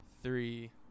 three